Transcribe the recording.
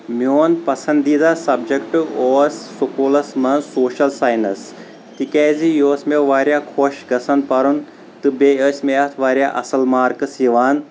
میون پسنٛدیٖدہ سبجکٹ اوس سکولس منٛز سوشل ساینس تِکیازِ یہِ ٲس مےٚ واریاہ خۄش گژھان پرُن تہٕ بییٚہِ أسۍ مےٚ اتھ واریاہ اصٕل مارکٕس یِوان